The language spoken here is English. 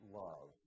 love